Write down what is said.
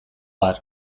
har